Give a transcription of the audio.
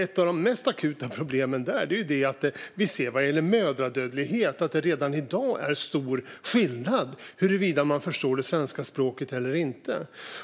Ett av de mest akuta problemen där är att det vad gäller mödradödlighet redan i dag är stor skillnad på huruvida man förstår det svenska språket eller inte.